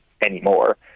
anymore